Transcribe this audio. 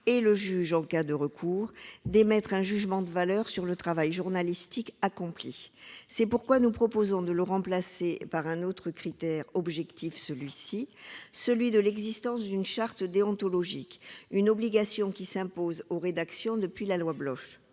le juge en cas de recours, d'émettre un jugement de valeur sur le travail journalistique accompli ? C'est pourquoi nous proposons de le remplacer par un autre critère, objectif celui-ci : l'existence d'une charte déontologique. Cette obligation s'impose aux rédactions depuis la loi du